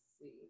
see